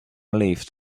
leafed